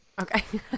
okay